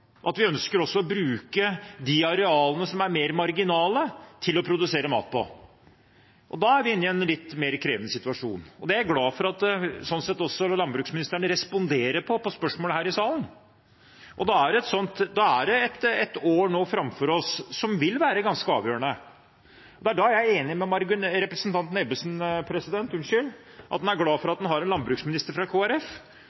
vi også ønsker å bruke de arealene som er mer marginale, til å produsere mat på. Da er vi i en litt mer krevende situasjon, og det er jeg sånn sett glad for at landbruksministeren på spørsmål her i salen responderer på. Det er et år framfor oss som vil være ganske avgjørende, og det er da jeg er enig med representanten Ebbesen og er glad for